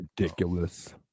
Ridiculous